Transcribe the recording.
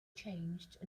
changed